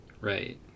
Right